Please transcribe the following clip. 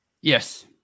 Yes